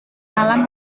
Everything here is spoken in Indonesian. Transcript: malam